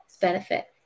benefit